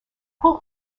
paul